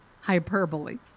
hyperbole